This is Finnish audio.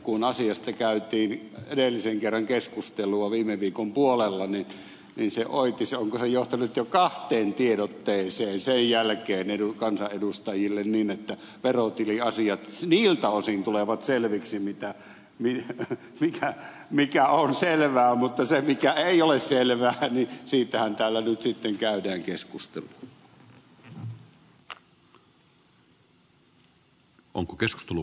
kun asiasta käytiin edellisen kerran keskustelua viime viikon puolella niin onkohan se johtanut jo kahteen tiedotteeseen sen jälkeen kansanedustajille niin että verotiliasiat niiltä osin tulevat selviksi mikä on selvää mutta siitä mikä ei ole selvää siitähän täällä nyt sitten käydään keskustelua